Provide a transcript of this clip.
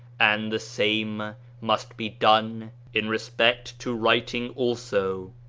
and the same must be done in respect to writing also.